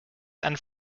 and